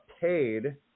paid